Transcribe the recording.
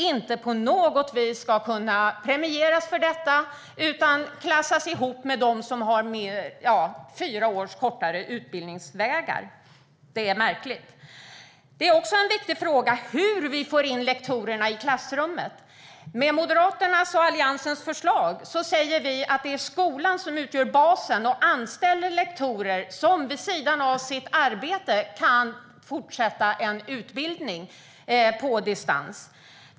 Varför kan de inte på något sätt premieras för detta? I stället klassas de ihop med dem som har fyra års kortare utbildningsvägar. Det är märkligt. Det är också en viktig fråga hur vi får in lektorerna i klassrummet. Med Moderaternas och Alliansens förslag är det skolan som utgör basen. Skolan anställer lektorer som vid sidan av sitt arbete kan fortsätta en utbildning på distans.